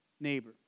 neighbor